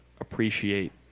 appreciate